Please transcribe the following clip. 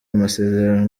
amasezerano